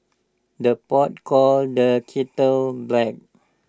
the pot calls the kettle black